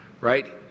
right